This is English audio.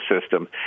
system